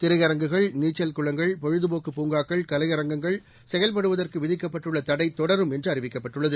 திரையரங்குகள் நீச்சல் குளங்கள் பொழுதுபோக்கு பூங்காக்கள் கலையரங்கங்கள் செயல்படுவதற்கு விதிக்கப்பட்டுள்ள தடை தொடரும் என்று அறிவிக்கப்பட்டுள்ளது